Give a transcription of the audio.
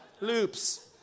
loops